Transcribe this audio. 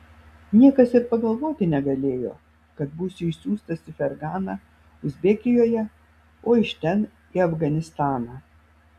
niekas ir pagalvoti negalėjo kad būsiu išsiųstas į ferganą uzbekijoje o iš ten į afganistaną